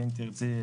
ואם תרצי,